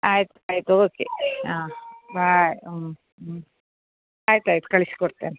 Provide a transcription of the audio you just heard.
ಆಯ್ತು ಆಯ್ತು ಓಕೆ ಹಾಂ ಬಾಯ್ ಹ್ಞೂ ಹ್ಞೂ ಆಯ್ತು ಆಯ್ತು ಕಳಿಸಿ ಕೊಡ್ತೇನೆ